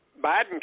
Biden